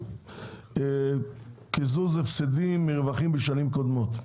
לגבי קיזוז הפסדים מרווחים בשנים קודמות: